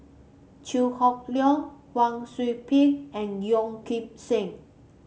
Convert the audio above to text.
Chew Hock Leong Wang Sui Pick and Yeo Kim Seng